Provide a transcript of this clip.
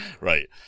Right